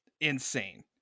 insane